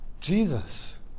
Jesus